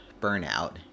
burnout